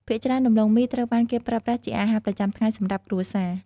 ភាគច្រើន ដំឡូងមីត្រូវបានគេប្រើប្រាស់ជាអាហារប្រចាំថ្ងៃសម្រាប់គ្រួសារ។